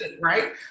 Right